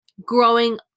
growing